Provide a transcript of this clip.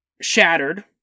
shattered